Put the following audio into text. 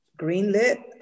greenlit